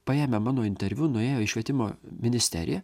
paėmę mano interviu nuėjo į švietimo ministeriją